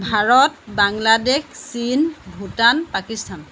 ভাৰত বাংলাদেশ চীন ভূটান পাকিস্থান